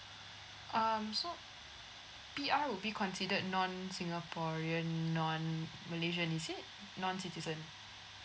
um so P_R would be considered non singaporean non malaysian is it non citizen